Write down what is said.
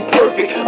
perfect